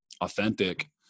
authentic